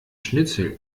schnitzel